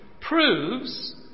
proves